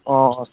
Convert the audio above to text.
অঁ